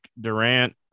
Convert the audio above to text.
Durant